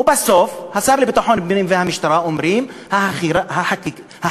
ובסוף השר לביטחון פנים והמשטרה אומרים: החקירה,